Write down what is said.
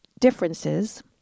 differences